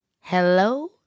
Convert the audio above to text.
hello